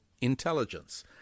Intelligence